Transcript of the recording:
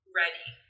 ready